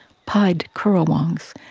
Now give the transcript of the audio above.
pied currawongs,